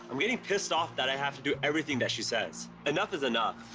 i'm getting pissed off that i have to do everything that she says. enough is enough,